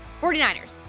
49ers